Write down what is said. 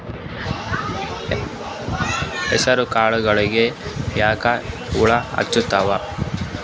ಹೆಸರ ಕಾಳುಗಳಿಗಿ ಯಾಕ ಹುಳ ಹೆಚ್ಚಾತವ?